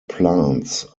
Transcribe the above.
plants